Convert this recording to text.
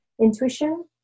Intuition